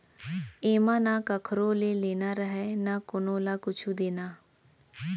एमा न कखरो ले लेना रहय न कोनो ल कुछु देना